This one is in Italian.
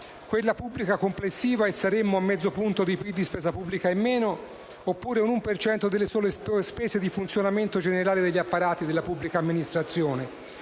quella pubblica complessiva - e saremmo a mezzo punto di PIL di spesa pubblica in meno - oppure un 1 per cento delle sole spese di funzionamento generale degli apparati della pubblica amministrazione,